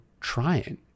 trying